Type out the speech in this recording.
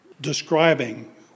describing